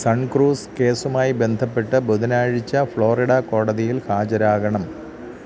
sun Cruz കേസുമായി ബന്ധപ്പെട്ട് ബുധനാഴ്ച്ച ഫ്ലോറിഡാ കോടതിയിൽ ഹാജരാകണം